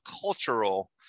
cultural